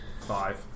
five